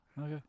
Okay